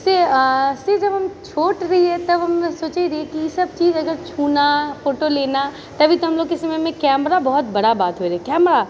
से से जब हम छोट रहिए तब हम सोचै रहिए कि इसब चीज एकदम छूना फोटो लेना तभी तऽ हमलोगके समयमे कैमरा बहुत बड़ा बात होइ रहै कैमरा